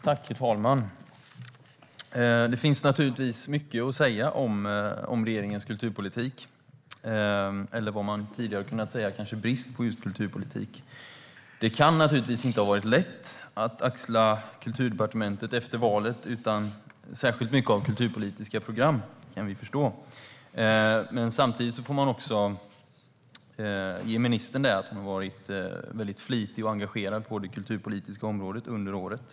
Herr talman! Det finns naturligtvis mycket att säga om regeringens kulturpolitik eller, vad man tidigare har kunnat säga, brist på just kulturpolitik. Det kan inte ha varit lätt att axla ansvaret för Kulturdepartementet efter valet utan särskilt mycket av kulturpolitiska program. Det kan vi förstå. Samtidigt får man ge ministern det att hon har varit flitig och engagerad på det kulturpolitiska området under året.